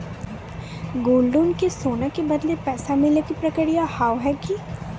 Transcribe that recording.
Gold loan मे सोना के बदले पैसा मिले के प्रक्रिया हाव है की?